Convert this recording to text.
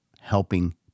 helping